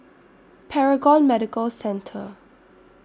Paragon Medical Centre